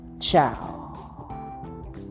Ciao